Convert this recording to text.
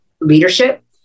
leadership